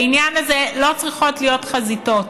בעניין הזה לא צריכות להיות חזיתות.